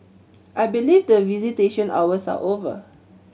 I believe the visitation hours are over